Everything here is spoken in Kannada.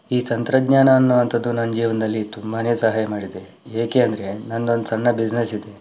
ಈ ತಂತ್ರಜ್ಞಾನ ಅನ್ನುವಂಥದ್ದು ನನ್ನ ಜೀವನದಲ್ಲಿ ತುಂಬಾನೇ ಸಹಾಯ ಮಾಡಿದೆ ಏಕೆ ಅಂದರೆ ನನ್ನದೊಂದು ಸಣ್ಣ ಬಿಸಿನೆಸ್ ಇದೆ